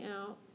out